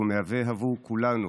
והוא מהווה עבור כולנו